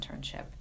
internship